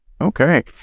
Okay